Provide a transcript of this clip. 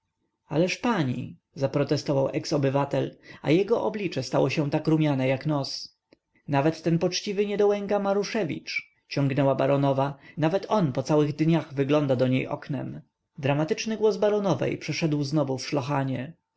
ależ pani zaprotestował eks-obywatel a jego oblicze stało się tak rumiane jak nos nawet ten poczciwy niedołęga maruszewicz ciągnęła baronowa nawet on po całych dniach wygląda do niej oknem dramatyczny głos baronowej przeszedł znowu w szlochanie